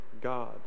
God